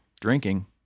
drinking